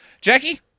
Jackie